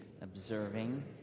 observing